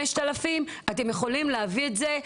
5,000 אתם יכולים להביא את זה,